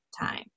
time